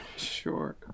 Sure